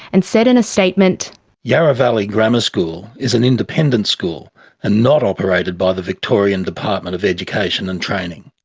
and said in a statement reading yarra valley grammar school is an independent school and not operated by the victorian department of education and training.